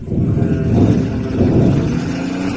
ଘରର ଚିନ୍ତା କରିବା ପାଇଁ ସେ